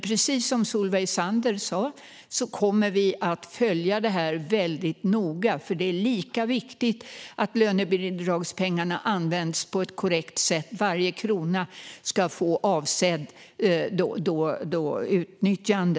Precis som Solveig Zander sa kommer vi att följa detta noga, för det är lika viktigt att lönebidragspengarna används på ett korrekt sätt. Varje krona ska få avsett utnyttjande.